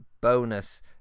bonus